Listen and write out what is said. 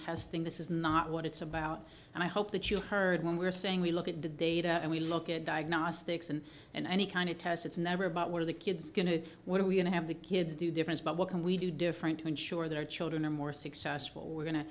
testing this is not what it's about and i hope that you heard when we're saying we look at the data and we look at diagnostics and and any kind of test it's never about where the kid's going to what are we going to have the kids do different but what can we do different to ensure that our children are more successful we're going to